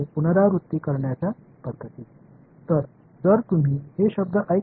எனவே மறைமுக முறைகள் செயல்பாட்டு முறைகள்